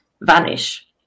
vanish